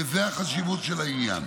וזאת החשיבות של העניין.